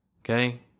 Okay